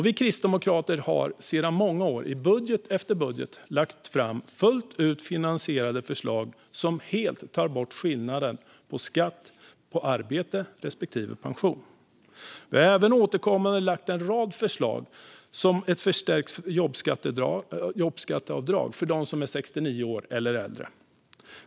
Vi kristdemokrater har sedan många år, i budget efter budget, lagt fram fullt ut finansierade förslag som helt tar bort skillnaden i skatt på arbete och pension. Vi har även återkommande lagt fram en rad förslag om ett förstärkt jobbskatteavdrag för dem som är 69 år och äldre.